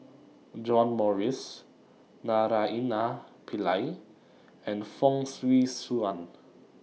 John Morrice Naraina Pillai and Fong Swee Suan